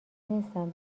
نیستم